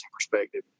perspective